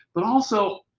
but also,